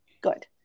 good